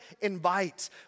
invite